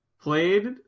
played